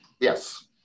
Yes